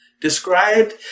described